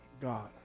God